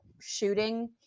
shooting